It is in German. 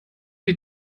die